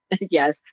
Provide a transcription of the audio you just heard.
Yes